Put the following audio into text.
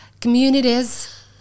communities